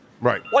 Right